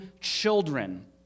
children